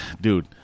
dude